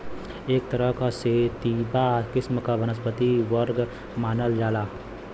एक तरह क सेतिवा किस्म क वनस्पति वर्ग मानल जाला